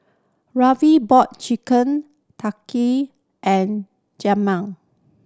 Rarvin bought Chicken Tikka and Jamal